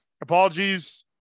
Apologies